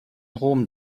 rom